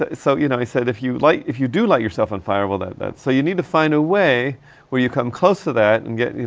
so you know, he said if you light if you do light yourself on fire, well that, that. so you need to find a way where you come close to that, and get, you